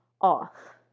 off